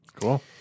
Cool